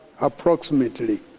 approximately